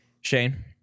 Shane